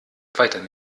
weiter